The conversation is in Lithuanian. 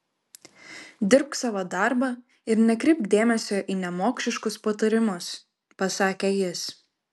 dirbk savo darbą ir nekreipk dėmesio į nemokšiškus patarimus pasakė jis